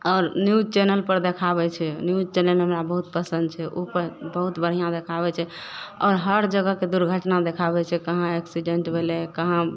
आओर न्यूज चैनलपर देखाबय छै न्यूज चैनल हमरा बहुत पसन्द छै उपर बहुत बढ़िआँ देखाबय छै और हर जगहके दुर्घटना देखाबय छै कहाँ एक्सीडेन्ट भेलय कहाँ